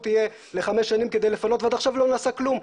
תהיה לחמש שנים כדי לפניות ועד עכשיו לא נעשה כלום.